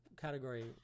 category